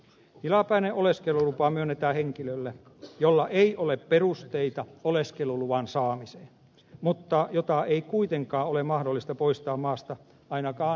tilapäinen oleskelulupa myönnetään henkilölle jolla ei ole perusteita oleskeluluvan saamiseen mutta jota ei kuitenkaan ole mahdollista poistaa maasta ainakaan välittömästi